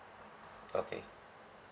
okay